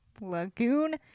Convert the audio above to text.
Lagoon